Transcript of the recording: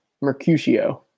Mercutio